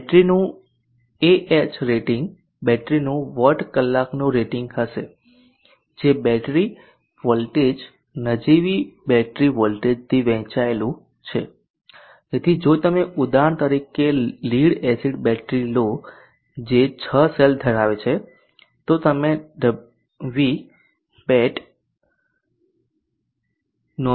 બેટરીનું Ah rating બેટરીનું watt કલાકનું rating હશે જે બેટરી વોલ્ટેજ નજીવી બેટરી વોલ્ટેજથી વહેંચાયેલું છે તેથી જો તમે ઉદાહરણ તરીકે લીડ એસિડ બેટરી લો જે 6 સેલ ધરાવે છે તો તમે Vbat nominal 12V છે